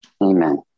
Amen